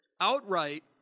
outright